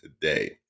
today